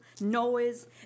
noise